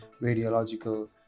Radiological